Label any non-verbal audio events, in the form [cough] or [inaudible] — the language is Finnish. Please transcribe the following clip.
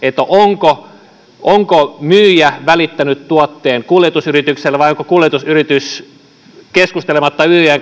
onko myyjä välittänyt tuotteen kuljetusyritykselle vai onko kuljetusyritys keskustelematta myyjän [unintelligible]